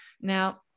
Now